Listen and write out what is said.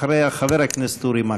אחריה, חבר הכנסת אורי מקלב.